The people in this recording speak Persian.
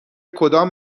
کدام